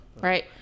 Right